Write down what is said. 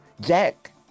Jack